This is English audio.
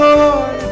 Lord